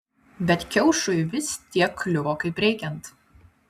bet kiaušui vis tiek kliuvo kaip reikiant